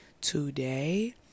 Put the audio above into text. today